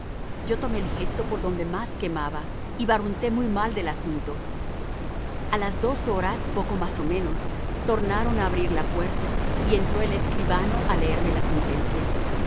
yo tomé el gesto por donde más quemaba y barrunté muy mal del asunto a las dos horas poco más o menos tornaron a abrir la puerta y entró el escribano a leerme la sentencia